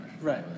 Right